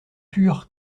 pur